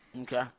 Okay